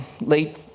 late